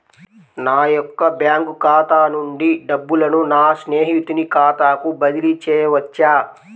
నా యొక్క బ్యాంకు ఖాతా నుండి డబ్బులను నా స్నేహితుని ఖాతాకు బదిలీ చేయవచ్చా?